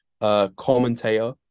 commentator